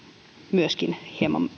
myöskin hieman